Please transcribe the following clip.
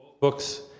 books